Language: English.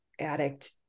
addict